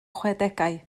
chwedegau